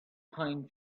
pine